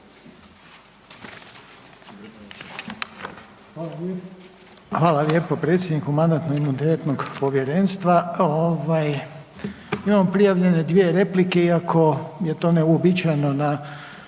Hvala lijepo predsjedniče Mandatno-imunitetnog povjerenstva. Ovaj, imamo prijavljene dvije replike iako je to neuobičajeno na